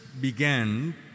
began